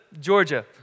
Georgia